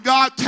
God